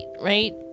right